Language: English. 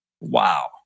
Wow